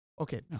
Okay